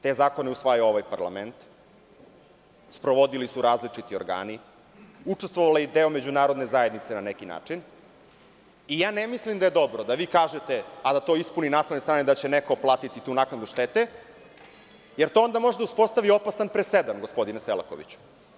Te zakone je usvajao ovaj parlament, sprovodili su različiti organi, učestvovao i deo međunarodne zajednice na neki način, i ja ne mislim da je dobro da vi kažete, a da to ispuni naslovne strane da će neko platiti tu naknadu štete, jer to onda može da uspostavi opasan presedan, gospodine Selakoviću.